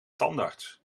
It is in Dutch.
tandarts